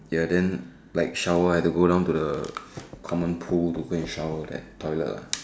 ya then like shower I have to go down to the common pool to go and shower that toilet lah